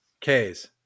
K's